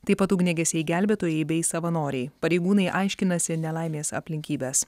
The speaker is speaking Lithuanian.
taip pat ugniagesiai gelbėtojai bei savanoriai pareigūnai aiškinasi nelaimės aplinkybes